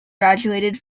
graduated